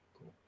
cool